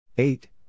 Eight